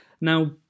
Now